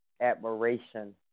admiration